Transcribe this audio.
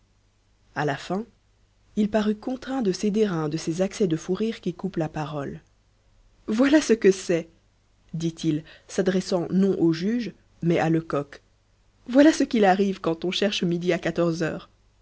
à la fin il parut contraint de céder à un de ces accès de fou rire qui coupent la parole voilà ce que c'est dit-il s'adressant non au juge mais à lecoq voilà ce qu'il arrive quand on cherche midi à quatorze heures